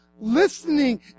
Listening